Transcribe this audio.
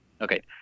okay